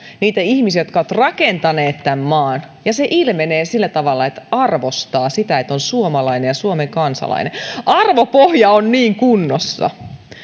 niitä ihmisiä jotka ovat rakentaneet tämän maan ja se ilmenee sillä tavalla että arvostaa sitä että on suomalainen ja suomen kansalainen arvopohja on niin kunnossa